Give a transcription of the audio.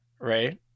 right